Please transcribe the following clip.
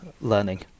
learning